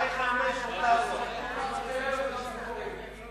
לא מוותר ולא ציפורים.